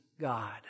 God